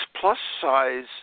plus-size